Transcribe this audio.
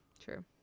True